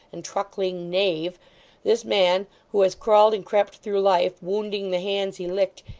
and truckling knave this man, who has crawled and crept through life, wounding the hands he licked,